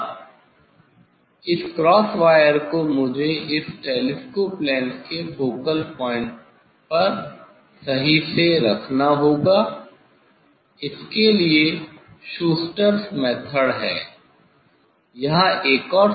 अब इस cross wire को मुझे इस टेलीस्कोप लेंस के फोकल पॉइंट पर सही से रखना होगा इसके लिए शूस्टरस मेथड Schuster's method है